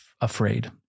afraid